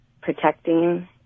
protecting